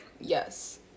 yes